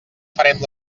farem